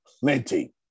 plenty